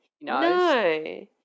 No